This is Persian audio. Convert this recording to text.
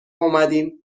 اومدیم